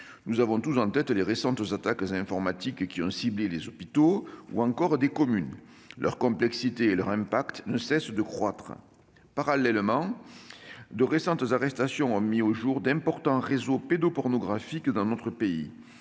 Nous avons tous en tête les récentes attaques informatiques qui ont ciblé des hôpitaux ou encore des communes. La complexité et l'impact de ces opérations ne cessent de croître. Parallèlement, de récentes arrestations ont mis au jour d'importants réseaux pédopornographiques dans notre pays.